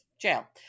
jail